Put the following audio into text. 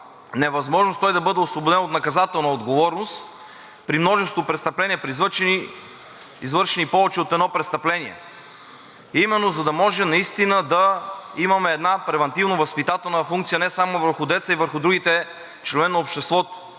невъзможност той да бъде освободен от наказателна отговорност при множество престъпления, при извършени повече от едно престъпление, именно за да може наистина да имаме една превантивно-възпитателна функция не само върху дееца, а и върху другите членове на обществото.